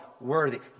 worthy